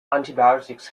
antibiotics